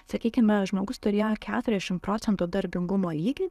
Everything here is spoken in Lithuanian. sakykime žmogus turėjo keturiasdešimt procentų darbingumo lygį